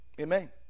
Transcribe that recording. Amen